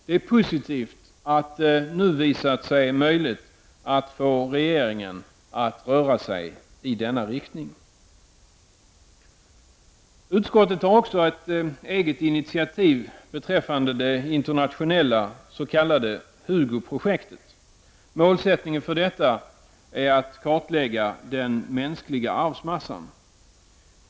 Det är positivt att det nu visat sig möjligt att få regeringen att röra sig i denna riktning. Utskottet tar också ett eget initiativ beträffande det internationella s.k. HUGO-projektet. Målsättningen för detta är att kartlägga den mänskliga arvsmassan.